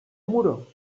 muro